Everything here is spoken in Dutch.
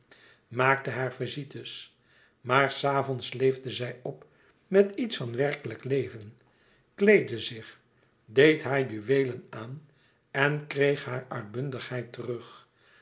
maakte hare visites maar s avonds leefde zij op met iets van werkelijk leven kleedde zich deed haar juweelen aan en kreeg hare uitbundigheid terug